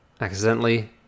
accidentally